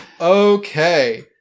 Okay